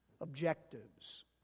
objectives